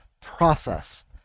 Process